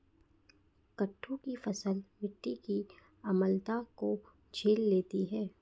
कुट्टू की फसल मिट्टी की अम्लता को झेल लेती है